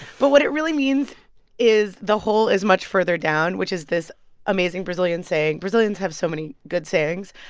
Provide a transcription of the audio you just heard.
but what it really means is the hole is much further down, which is this amazing brazilian saying. brazilians have so many good sayings.